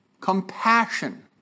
Compassion